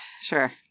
sure